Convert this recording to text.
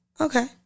Okay